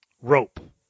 rope